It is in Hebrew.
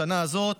השנה הזאת,